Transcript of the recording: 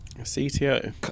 CTO